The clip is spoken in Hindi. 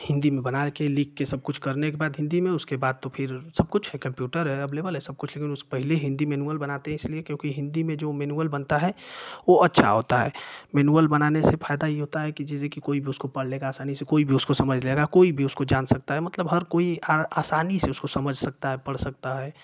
हिन्दी में बना कर लिख कर सब कुछ करने के बाद हिन्दी मे उसके बाद तो फिर सब कुछ हे कंप्युटर है एभलेबल है सब कुछ लेकिन उस पहले हिन्दी मेनुअल बनाते है इसलिए क्योंकि हिन्दी में जो मेनुअल बनता है वो अच्छा होता है मेनुअल बनाने से फ़ायदा यह होता है कि जैसे कि कोई भी उसको पढ़ लेगा आसानी से कोई भी उसको समझ लेगा कोई भी उसको जान सकता है मतलब हर कोई आ आसानी से उसको समझ सकता है पढ़ सकता है